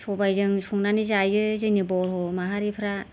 सबायजों संनानै जायो जोंनि बर' माहारिफ्रा